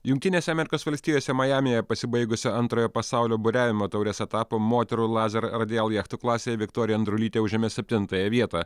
jungtinėse amerikos valstijose majamyje pasibaigusio antrojo pasaulio buriavimo taurės etapo moterų lazer radijal jachtų klasėje viktorija andrulytė užėmė septintąją vietą